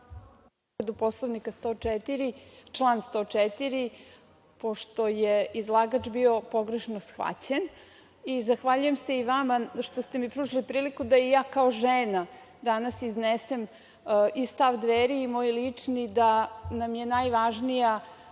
povredu Poslovnika, član 104. pošto je izlagač bio pogrešno shvaćen. Zahvaljujem se i vama što ste mi pružili priliku da i ja kao žena danas iznesem i stav Dveri i moj lični da nam je najvažnija